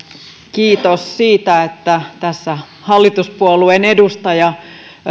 kiitos siitä että tässä myöskin hallituspuolueen edustaja